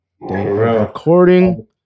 Recording